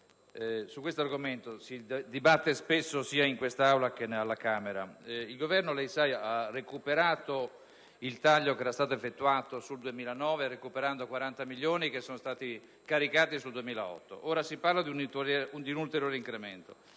su tale argomento si dibatte spesso sia in quest'Aula che alla Camera dei deputati. Il Governo, come lei sa, ha recuperato il taglio che era stato effettuato sul 2009 recuperando 40 milioni che sono stati caricati sul 2008. Ora si parla di un ulteriore incremento.